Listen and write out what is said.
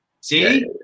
See